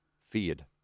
feared